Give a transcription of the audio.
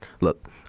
Look